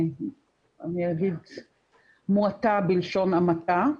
אני אגיד מועטה, בלשון המעטה.